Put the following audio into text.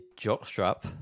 Jockstrap